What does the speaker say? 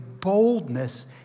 boldness